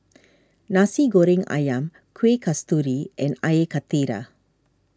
Nasi Goreng Ayam Kueh Kasturi and Air Karthira